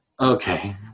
Okay